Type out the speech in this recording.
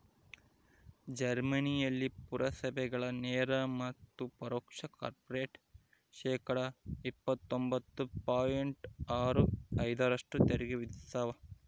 ಜರ್ಮನಿಯಲ್ಲಿ ಪುರಸಭೆಗಳು ನೇರ ಮತ್ತು ಪರೋಕ್ಷ ಕಾರ್ಪೊರೇಟ್ ಶೇಕಡಾ ಇಪ್ಪತ್ತೊಂಬತ್ತು ಪಾಯಿಂಟ್ ಆರು ಐದರಷ್ಟು ತೆರಿಗೆ ವಿಧಿಸ್ತವ